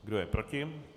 Kdo je proti?